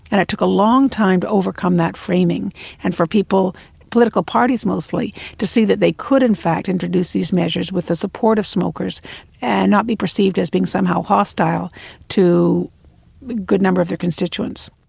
and it took a long time to overcome that framing and for people political parties mostly to see that they could in fact introduce these measures with the support of smokers and not be perceived as being somehow hostile to a good number of their constituents.